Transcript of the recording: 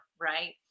right